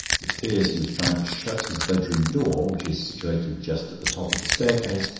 it appears he was trying to shut his bedroom door, which is situated just at the top of the staircase,